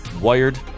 wired